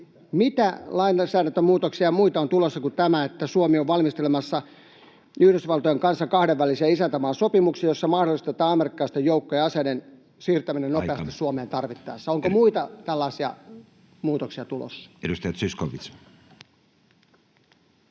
muita lainsäädäntömuutoksia on tulossa kuin tämä, että Suomi on valmistelemassa Yhdysvaltojen kanssa kahdenvälisiä isäntämaasopimuksia, joissa mahdollistetaan amerikkalaisten joukkojen ja aseiden siirtäminen [Puhemies: Aika!] nopeasti Suomeen tarvittaessa? Onko muita tällaisia muutoksia tulossa? [Speech 89]